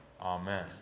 Amen